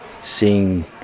seeing